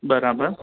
બરાબર